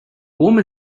woman